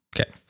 Okay